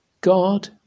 God